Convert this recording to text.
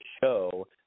show